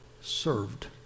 served